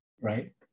right